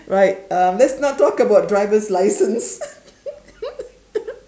right um let's not talk about driver's license